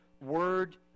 word